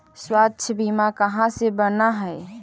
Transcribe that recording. स्वास्थ्य बीमा कहा से बना है?